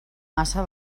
massa